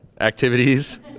Activities